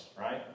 right